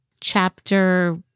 chapter